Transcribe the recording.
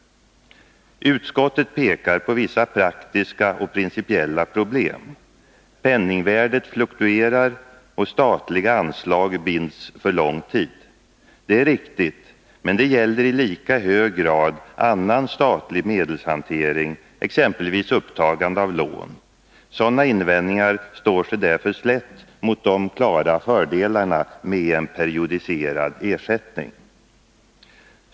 Utskottet pekar på vissa praktiska och principiella problem. Penningvärdet fluktuerar, och statliga anslag binds för lång tid. Det är riktigt, men detta gäller i lika hög grad annan statlig medelshantering, exempelvis upptagandet av lån. Sådana invändningar står sig därför slätt mot de klara fördelarna med en periodiserad ersättning.